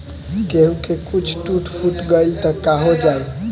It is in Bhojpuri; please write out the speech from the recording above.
केहू के कुछ टूट फुट गईल त काहो जाई